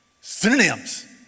synonyms